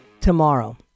tomorrow